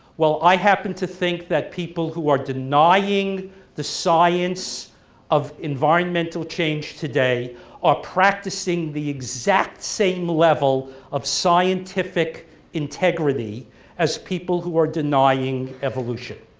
well i happen to think that people who are denying the science of environmental change today are practicing the exact same level of scientific integrity as people who are denying evolution.